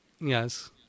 Yes